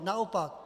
Naopak.